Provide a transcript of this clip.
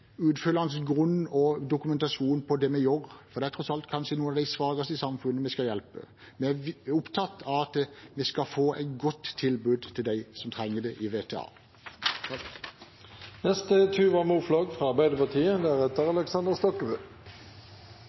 grunn for og dokumentasjon på det vi gjør, for det er tross alt kanskje noen av de svakeste i samfunnet vi skal hjelpe. Vi er opptatt av at vi skal få et godt tilbud til dem som trenger det i VTA.